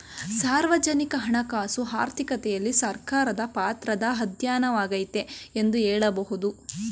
ಸಾರ್ವಜನಿಕ ಹಣಕಾಸು ಆರ್ಥಿಕತೆಯಲ್ಲಿ ಸರ್ಕಾರದ ಪಾತ್ರದ ಅಧ್ಯಯನವಾಗೈತೆ ಎಂದು ಹೇಳಬಹುದು